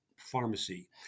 pharmacy